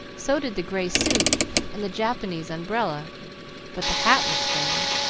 so did the gray suit and the japanese umbrella but the hat was strange,